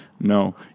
No